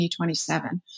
2027